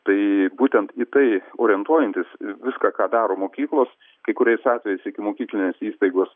tai būtent į tai orientuojantis į viską ką daro mokyklos kai kuriais atvejais ikimokyklinės įstaigos